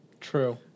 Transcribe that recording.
true